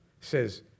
says